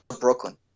Brooklyn